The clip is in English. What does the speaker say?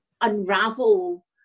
unravel